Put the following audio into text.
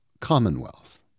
Commonwealth